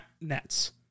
Nets